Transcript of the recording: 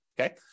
okay